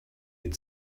had